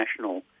national